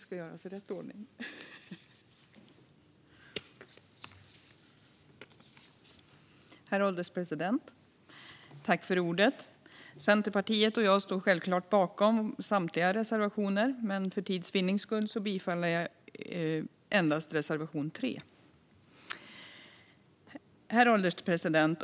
Herr ålderspresident! Centerpartiet och jag står självklart bakom samtliga våra reservationer, men för tids vinnande yrkar jag bifall endast till reservation 3. Herr ålderspresident!